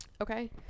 Okay